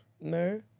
No